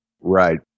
Right